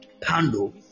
Pando